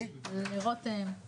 להתקדם עם הנושא